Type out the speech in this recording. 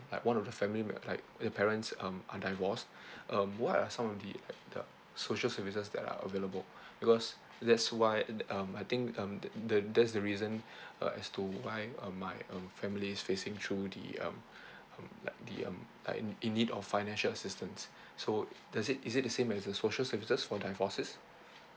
like one of the family mem~ like the parents um are divorced um what are some of the uh the social services that are available because that's why the um I think um the the that's the reason uh as to why um my um family is facing through the um um like the um like in in need of financial assistance so does it is it the same as the social services for divorces